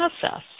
process